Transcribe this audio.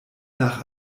nach